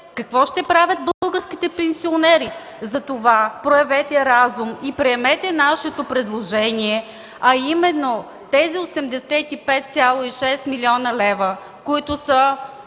Какво ще правят българските пенсионери? Затова проявете разум и приемете нашето предложение, а именно: тези 85,6 млн. лв., които са